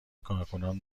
کارکنان